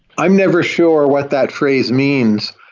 i'm never sure what that phrase means.